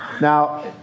Now